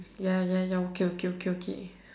ya ya ya okay okay okay okay